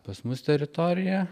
pas mus teritorija